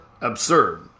absurd